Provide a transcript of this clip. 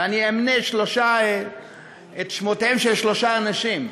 ואני אמנה את שמותיהם של שלושה אנשים: